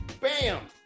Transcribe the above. Bam